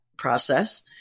process